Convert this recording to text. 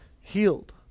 healed